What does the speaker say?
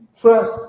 trust